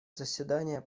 заседание